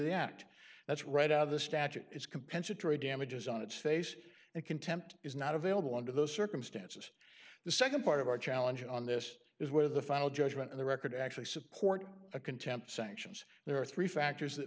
act that's right out of the statute it's compensatory damages on its face and contempt is not available under those circumstances the nd part of our challenge on this is where the final judgment in the record actually support a contempt sanctions there are three factors that